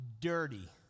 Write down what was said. dirty